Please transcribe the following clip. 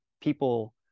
people